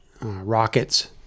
rockets